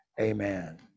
amen